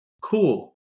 cool